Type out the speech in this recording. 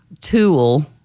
tool